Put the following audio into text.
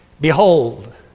behold